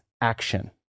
action